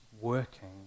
working